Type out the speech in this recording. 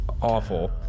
awful